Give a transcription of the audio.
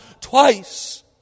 twice